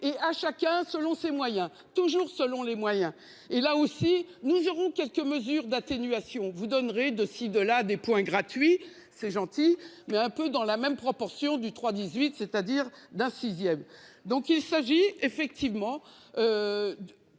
et à chacun selon ses moyens. Toujours selon les moyens et là aussi nous aurons quelques mesures d'atténuation vous donnerez de ci, de là des points gratuits c'est gentil mais un peu dans la même proportion du 3 18, c'est-à-dire d'un sixième. Donc il s'agit effectivement.